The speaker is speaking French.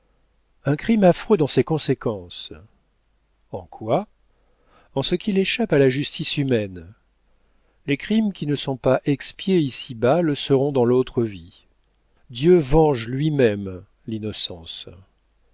un crime affreux dans ses conséquences en quoi en ce qu'il échappe à la justice humaine les crimes qui ne sont pas expiés ici-bas le seront dans l'autre vie dieu venge lui-même l'innocence